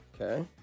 Okay